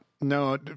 no